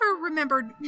remembered